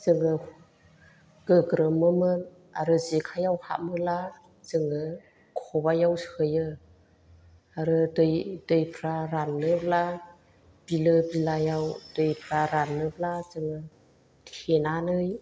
जोङो गोग्रोमोमोन आरो जेखाइयाव हाबमोब्ला जोङो खबाइयाव सोयो आरो दै दैफ्रा रानोब्ला बिलो बिलायाव दैफ्रा रानोब्ला जोङो थेनानै